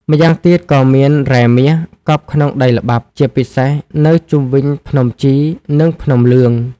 ម្យ៉ាងទៀតក៏មាន រ៉ែមាស កប់ក្នុងដីល្បាប់ ជាពិសេសនៅជុំវិញភ្នំជី និងភ្នំលឿង។